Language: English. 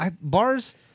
Bars